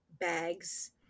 bags